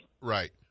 Right